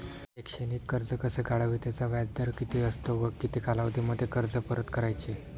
शैक्षणिक कर्ज कसे काढावे? त्याचा व्याजदर किती असतो व किती कालावधीमध्ये कर्ज परत करायचे?